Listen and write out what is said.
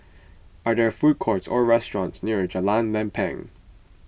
are there food courts or restaurants near Jalan Lempeng